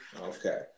okay